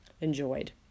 enjoyed